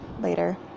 later